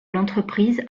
l’entreprise